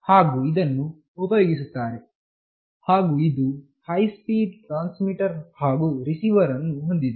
ಹಾಗು ಇದನ್ನು ಉಪಯೋಗಿಸುತ್ತಾರೆ ಹಾಗು ಇದು ಹೈಸ್ಪೀಡ್ ಟ್ರಾನ್ಸ್ಮಿಟರ್ ಹಾಗು ರಿಸೀವರ್ ಅನ್ನು ಹೊಂದಿದೆ